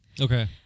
Okay